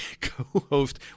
co-host